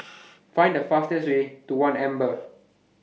Find The fastest Way to one Amber